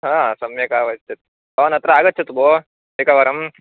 सम्यक् आगच्छतु भवान् अत्र आगच्छतु भोः एकवारम्